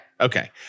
Okay